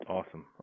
Awesome